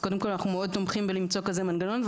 אנחנו מאוד תומכים בלמצוא כזה מנגנון.